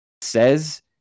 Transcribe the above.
says